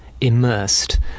immersed